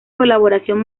colaboración